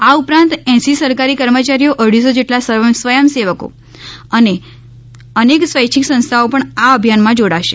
આ ઉપરાંત એંસી સરકારી કર્મયારીઓ અઢીસો જેટલા સ્વયંસેવકો અને અનેક સ્વૈચ્છિક સંસ્થાઓ પણ આ અભિયાનમાં જોડાશે